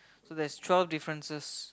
so there's twelve differences